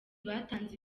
batanze